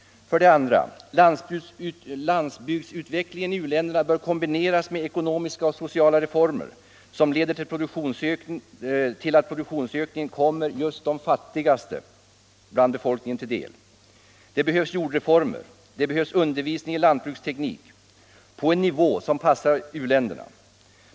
För det andra: Landsbygdsutvecklingen i u-länderna bör kombineras med ekonomiska och sociala reformer, som leder till att produktionsökningen kommer just de fattigaste bland befolkningen till del. Det behövs jordreformer. Det behövs undervisning i lantbruksteknik på en nivå som passar u-länderna.